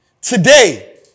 Today